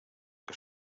que